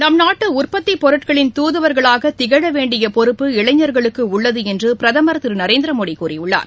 நம் நாட்டு உற்பத்திப் பொருட்களின் தூதுவா்களாக திகழ வேண்டிய பொறுப்பு இளைஞர்களுக்கு உள்ளது என்று பிரதமர் திரு நரேந்திரமோடி கூறியுள்ளார்